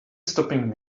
stopping